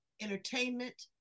entertainment